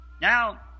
Now